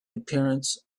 appearance